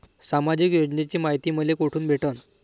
सामाजिक योजनेची मायती मले कोठून भेटनं?